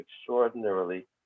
extraordinarily